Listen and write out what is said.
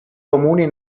comuni